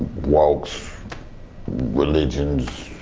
walks religions,